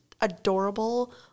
adorable